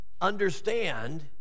understand